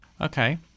Okay